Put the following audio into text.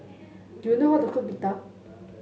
do you know how to cook Pita